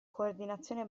coordinazione